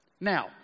Now